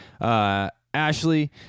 Ashley